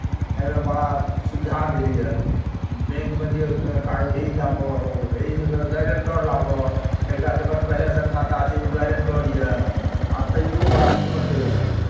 एहिमे बड़ा सुविधा भेल यए बैंकमे जे कागज हे ई लाबह हौ हे ई एकर गारेन्टर लाबह एक टा जकर पहिलेसँ खाता छै ओ गारेन्टर यए आ तैओ बड़ा दिक्कत होइत रहए